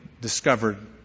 discovered